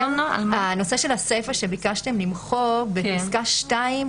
מדובר בנושא של הסיפא שביקשתם למחוק בפסקה 2,